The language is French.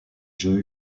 jeux